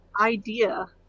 idea